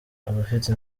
abafite